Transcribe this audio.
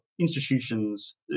institutions